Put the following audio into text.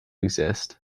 exist